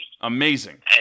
Amazing